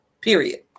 period